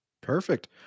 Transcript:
Perfect